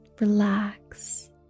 relax